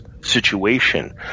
situation